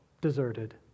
deserted